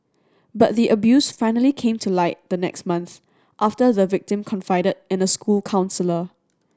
but the abuse finally came to light the next month after the victim confided in a school counsellor